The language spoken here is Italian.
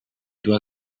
due